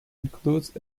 includes